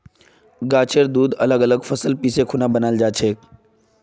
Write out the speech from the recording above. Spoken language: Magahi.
गाछेर दूध अलग अलग फसल पीसे खुना बनाल जाछेक